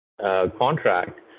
contract